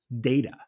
data